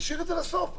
נשאיר את זה לסוף.